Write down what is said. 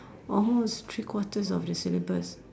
almost three quarters of the syllabus